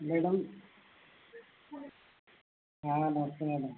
madam हाँ नमस्ते madam